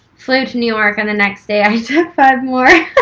flew to new york and the next day i took five more.